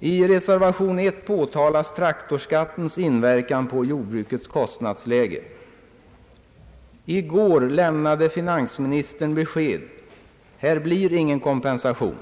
I reservation 1 påtalas traktorskattens inverkan på jordbrukets kostnadsläge. I går lämnade finansministern besked: här blir ingen kompensation.